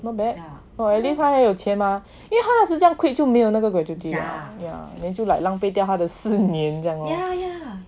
not bad !wah! at least 他还有钱拿因为他那时这样 quit 就没有那个 grattitude yeah then 就 like 浪费掉他的四年这样 lor